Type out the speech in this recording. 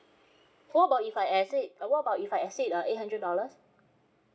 what about if I exceed what about if I exceed uh eight hundred dollars